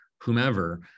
whomever